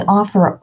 offer